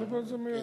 אני אטפל בזה מייד.